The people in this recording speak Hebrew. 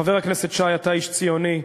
חבר הכנסת שי, אתה איש ציוני.